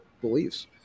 beliefs